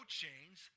chains